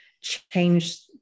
change